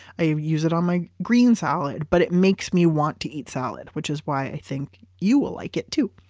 i use it on my green salad, but it makes me want to eat salad, which is why i think you will like it too.